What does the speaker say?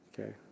Okay